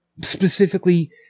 specifically